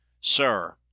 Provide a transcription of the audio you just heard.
Sir